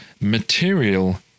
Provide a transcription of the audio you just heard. Material